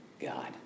God